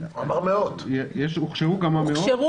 פה זה היה הפוך.